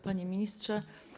Panie Ministrze!